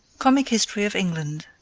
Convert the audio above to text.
comic history of england,